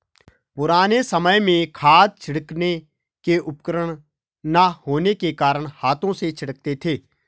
पुराने समय में खाद छिड़कने के उपकरण ना होने के कारण हाथों से छिड़कते थे